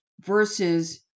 versus